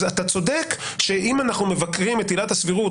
אתה צודק שאם אנחנו מבקרים את עילת הסבירות,